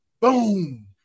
boom